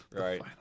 right